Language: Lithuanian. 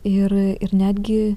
ir ir netgi